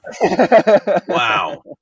Wow